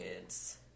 kids